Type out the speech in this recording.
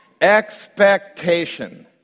Expectation